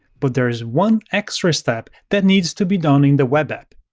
but there is one extra step that needs to be done in the web app.